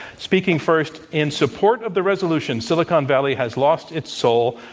speaking first in support of the resolution, silicon valley has lost its soul,